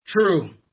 True